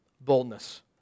boldness